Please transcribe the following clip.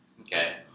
Okay